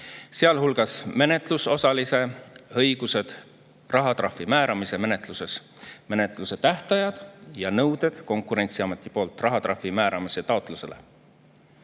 sealhulgas menetlusosalise õigused rahatrahvi määramise menetluses, menetluse tähtajad ja nõuded Konkurentsiameti poolt rahatrahvi määramise taotlusele.